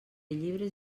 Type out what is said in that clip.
llibres